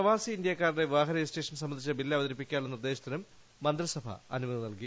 പ്രവാസി ഇന്ത്യാക്കാരുടെ വിവാഹ രജിസ്ട്രേഷൻ സംബന്ധിച്ച ബിൽ അവതരിപ്പിക്കാനുള്ള നിർദ്ദേശത്തിനും മന്ത്രിസഭ അനുമതി നൽകി